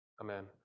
amen